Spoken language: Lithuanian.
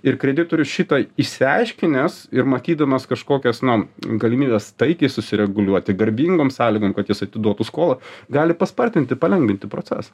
ir kreditorius šitą išsiaiškinęs ir matydamas kažkokias nu galimybes taikiai susireguliuoti garbingom sąlygom kad jis atiduotų skolą gali paspartinti palengvinti procesą